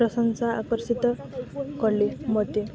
ପ୍ରଶଂସା ଆକର୍ଷିତ କଲେ ମୋତେ